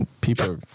People